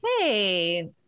Hey